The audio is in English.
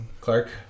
clark